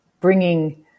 bringing